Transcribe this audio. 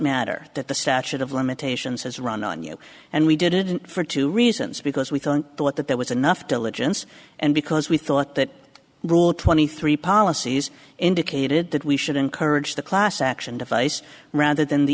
matter that the statute of limitations has run on you and we didn't for two reasons because we don't thought that there was enough diligence and because we thought that rule twenty three policies indicated that we should encourage the class action device rather than the